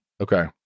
Okay